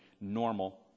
normal